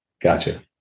gotcha